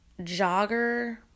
jogger